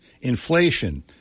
Inflation